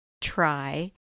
try